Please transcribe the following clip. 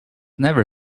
never